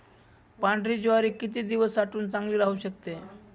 पांढरी ज्वारी किती दिवस साठवून चांगली राहू शकते?